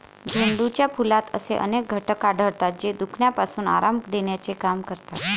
झेंडूच्या फुलात असे अनेक घटक आढळतात, जे दुखण्यापासून आराम देण्याचे काम करतात